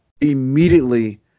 immediately